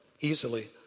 easily